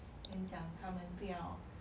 then 讲他们不要